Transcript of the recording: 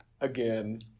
again